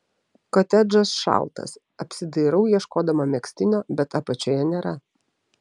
kotedžas šaltas apsidairau ieškodama megztinio bet apačioje nėra